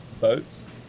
boats